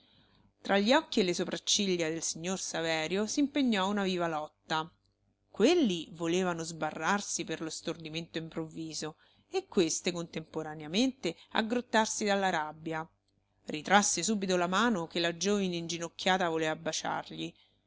tra gli occhi e le sopracciglia del signor saverio s'impegnò una viva lotta quelli volevano sbarrarsi per lo stordimento improvviso e queste contemporaneamente aggrottarsi dalla rabbia ritrasse subito la mano che la giovine inginocchiata voleva baciargli